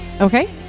Okay